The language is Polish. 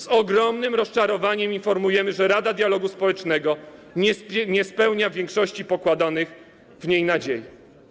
Z ogromnym rozczarowaniem informujemy, że Rada Dialogu Społecznego nie spełnia większości pokładanych w niej nadziei.